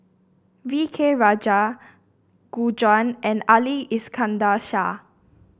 V K Rajah Gu Juan and Ali Iskandar Shah